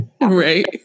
Right